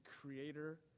creator